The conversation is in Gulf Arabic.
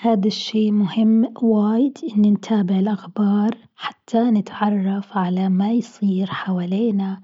هاد الشيء مهم واجد إن نتابع الاخبار حتى نتعرف على ما يصير حوالينا،